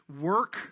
work